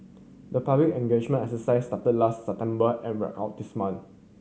the public engagement exercise started last September and wrap out this month